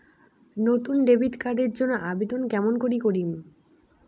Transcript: নতুন debit card এর জন্যে আবেদন কেমন করি করিম?